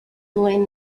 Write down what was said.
lin